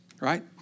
Right